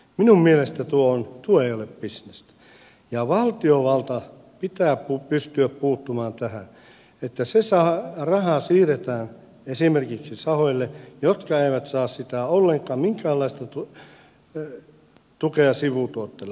minun mielestäni tuo ei ole bisnestä ja valtiovallan pitää pystyä puuttumaan tähän niin että rahaa siirretään esimerkiksi sahoille jotka eivät saa ollenkaan minkäänlaista tukea sivutuotteille hakkeelle ja purulle